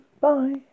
Bye